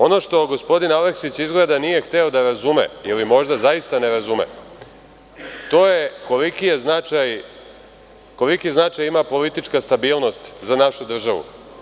Ono što gospodin Aleksić izgleda nije hteo da razume ili možda zaista ne razume, to je koliki značaj ima politička stabilnost za našu državu.